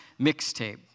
Mixtape